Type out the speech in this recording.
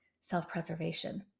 self-preservation